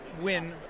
win